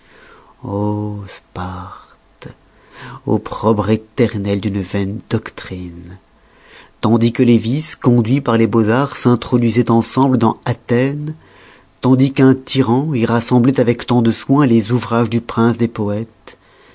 o sparte opprobre éternel d'une vaine doctrine tandis que les vices conduits par les beaux-arts s'introduisoient ensemble dans athènes tandis qu'un tyran y rassembloit avec tant de soin les ouvrages du prince des poètes